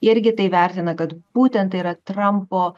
jie irgi tai vertina kad būten tai yra trampo